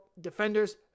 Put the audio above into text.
Defenders